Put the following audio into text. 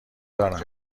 دارم